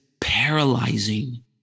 paralyzing